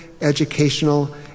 educational